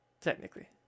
technically